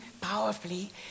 powerfully